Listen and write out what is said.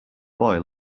boy